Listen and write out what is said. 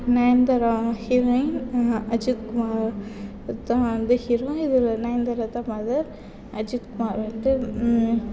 நயன்தாரா வந்து ஹீரோயின் அஜித் குமார் வந்து ஹீரோ இதில் வந்து நயன்தாரா தான் மதர் அஜித்குமார் வந்து